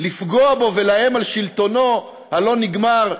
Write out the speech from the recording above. לפגוע בו ולאיים על שלטונו הלא-נגמר,